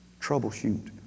Troubleshoot